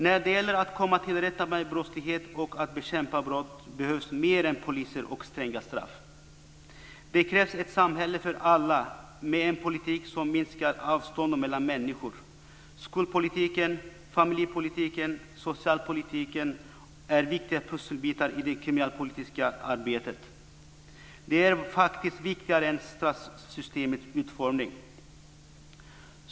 När det gäller att komma till rätta med brottslighet och att bekämpa brott behövs mer än poliser och stränga straff. Det krävs ett samhälle för alla, med en politik som minskar avstånden mellan människor. Skolpolitiken, familjepolitiken och socialpolitiken är viktiga pusselbitar i det kriminalpolitiska arbetet. Det är faktiskt viktigare än straffsystemets utformning.